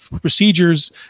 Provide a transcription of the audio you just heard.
procedures